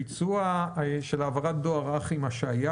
ביצוע של העברת דואר אך עם השהיה